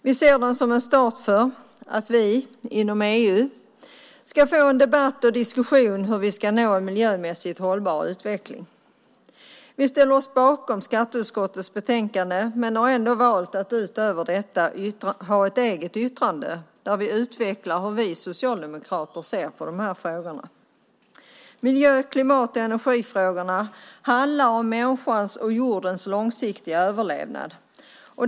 Vi ser den som en start för att vi inom EU ska få en debatt och diskussion om hur vi ska nå en miljömässigt hållbar utveckling. Vi ställer oss bakom skatteutskottets betänkande men har ändå valt att utöver detta ha ett eget yttrande, där vi utvecklar hur vi socialdemokrater ser på de här frågorna. Miljö-, klimat och energifrågorna handlar om människans och jordens långsiktiga överlevnad.